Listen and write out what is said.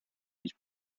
his